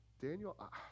Daniel